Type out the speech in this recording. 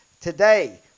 Today